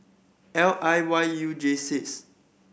L I Y U J six